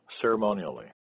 ceremonially